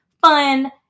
fun